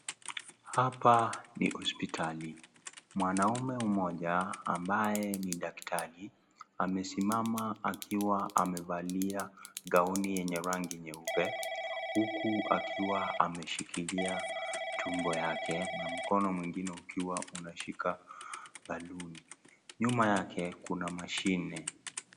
Hapa ni hospitali. Mwanaume mmoja ambaye ni daktari, amesimama akiwa amevalia gauni yenye rangi nyeupe, huku akiwa ameshikilia tumbo yake na mkono mwingine ukiwa unashika ballon . Nyuma yake kuna mashine.